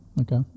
Okay